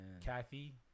Kathy